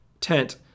tent